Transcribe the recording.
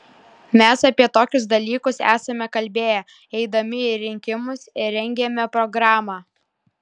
mes apie tokius dalykus esame kalbėję eidami į rinkimus rengėme programą